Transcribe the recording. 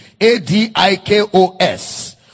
a-d-i-k-o-s